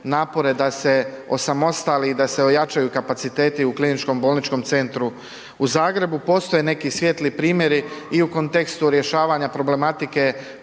napore da se osamostali i da se ojačaju kapaciteti u KBC-u u Zagrebu. Postoje neki svijetli primjeri i u kontekstu rješavanja problematike